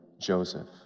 Joseph